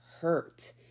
hurt